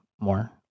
more